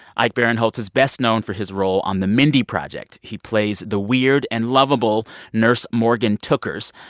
ike barinholtz is best known for his role on the mindy project. he plays the weird and lovable nurse morgan tookers.